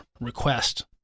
request